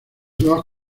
dos